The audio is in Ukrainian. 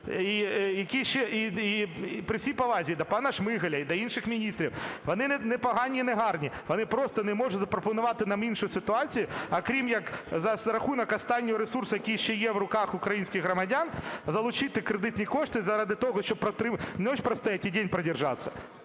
і при всій повазі і до пана Шмигаля, і до інших міністрів, вони не погані і не гарні, вони просто не можуть запропонувати нам іншу ситуацію, окрім як за рахунок останнього ресурсу, який ще є в руках українських громадян, залучити кредитні кошти заради того, щоб ночь простоять и день продержаться.